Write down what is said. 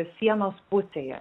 sienos pusėje